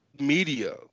media